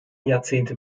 jahrzehnte